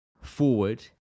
forward